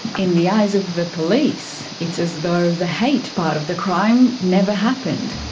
in the eyes of the police, it's as though the hate part of the crime never happened.